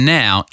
now